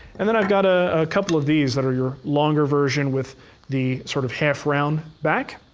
and then i've got a couple of these that are your longer version with the sort of half round back.